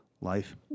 Life